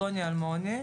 פלוני אלמוני,